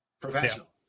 professional